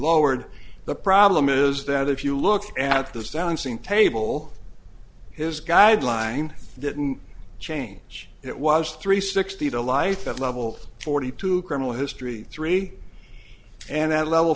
lowered the problem is that if you look at the sound seen table his guideline didn't change it was three sixty to life at level forty two criminal history three and at level